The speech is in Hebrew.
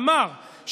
אמר,